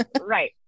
right